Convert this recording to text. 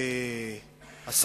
ואכן,